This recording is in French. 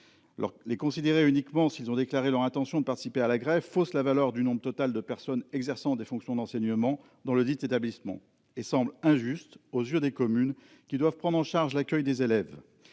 Les considérer uniquement s'ils ont déclaré leur intention de participer à la grève fausse la valeur du nombre total de personnes exerçant des fonctions d'enseignement dans ledit établissement et semble injuste aux yeux des communes qui doivent prendre en charge l'accueil des élèves.